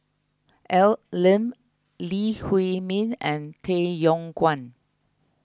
Al Lim Lee Huei Min and Tay Yong Kwang